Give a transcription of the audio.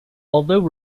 although